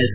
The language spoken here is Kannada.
ಎಸ್